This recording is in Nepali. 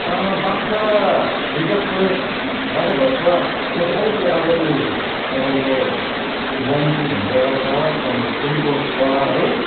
बाक्सा रिजर्भ फरेस्ट राजा भातखवादेखि अलिकति अगाडि तपाईँको जैन टी भन्ने जग्गा छ त्यहाँदेखिको सुनकोस छ है